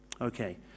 Okay